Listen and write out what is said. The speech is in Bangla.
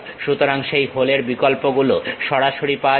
সুতরাং সেই হোলের বিকল্পগুলো সরাসরি পাওয়া যায়